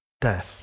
Death